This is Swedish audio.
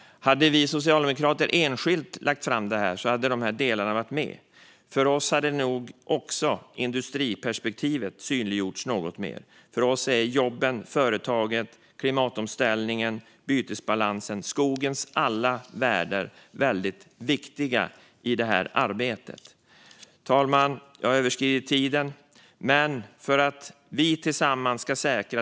Hade vi socialdemokrater lagt fram det här enskilt hade de delarna också varit med, men då hade nog även industriperspektivet synliggjorts något mer. För oss är jobben, företagen, klimatomställningen, bytesbalansen och skogens alla värden väldigt viktiga i det här arbetet. Fru talman! Skogen är både stjärnan och loket i klimatomställningen.